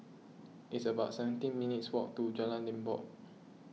it's about seventeen minutes' walk to Jalan Limbok